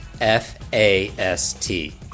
F-A-S-T